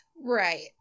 Right